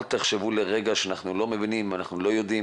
אל תחשבו לרגע שאנחנו לא מבינים או לא יודעים